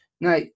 Now